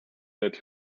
that